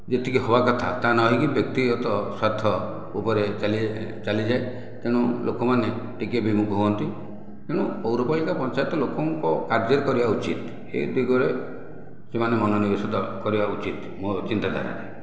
ଯେତିକି ହବା କଥା ତା ନ ହୋଇକି ବ୍ୟକ୍ତିଗତ ସ୍ୱାର୍ଥ ଉପରେ ଚାଲି ଚାଲିଯାଏ ତେଣୁ ଲୋକମାନେ ଟିକିଏ ବିମୁଖ ହୁଅନ୍ତି ଏଣୁ ପୌରପଳିକା ପଞ୍ଚାୟତ ଲୋକଙ୍କ କାର୍ଯ୍ୟ କରିବା ଉଚିତ ଏ ଦିଗରେ ସେମାନେ ମନୋନିବେଶ କରିବା ଉଚିତ ମୋର ଚିନ୍ତାଧାରାରେ